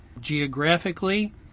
geographically